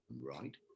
right